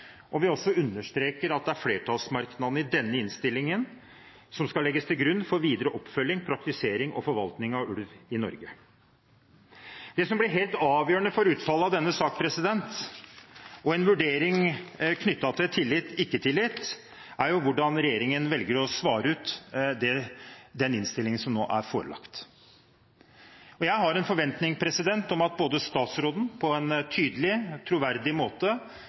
Vi understreker også at det er flertallsmerknadene i denne innstillingen som skal legges til grunn for videre oppfølging, praktisering og forvaltning av ulv i Norge. Det som blir helt avgjørende for utfallet av denne saken og en vurdering knyttet til tillit/ikke tillit, er jo hvordan regjeringen velger å svare på den innstillingen som nå er forelagt. Jeg har en forventning om at statsråden på en tydelig og troverdig måte